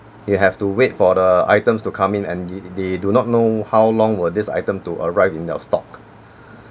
you have to wait for the items to come in and they they do not know how long will this item to arrive in your stock